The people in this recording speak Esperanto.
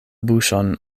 buŝon